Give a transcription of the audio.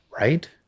right